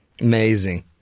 Amazing